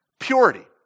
Purity